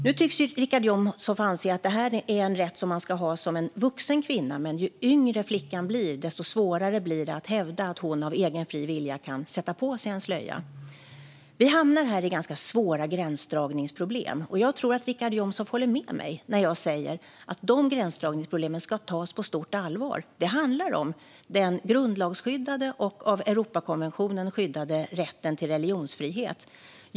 Nu tycks Richard Jomshof anse att det här är en rätt som man ska ha som vuxen kvinna - ju yngre flickan är, desto svårare är det att hävda att hon av egen fri vilja kan sätta på sig en slöja. Vi hamnar här i ganska svåra gränsdragningsproblem. Jag tror att Richard Jomshof håller med mig när jag säger att de gränsdragningsproblemen ska tas på stort allvar. Det handlar om den grundlagsskyddade och av Europakonventionen skyddade rätten till religionsfrihet.